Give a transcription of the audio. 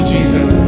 Jesus